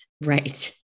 Right